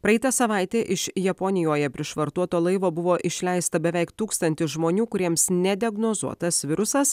praeitą savaitę iš japonijoje prišvartuoto laivo buvo išleista beveik tūkstantis žmonių kuriems nediagnozuotas virusas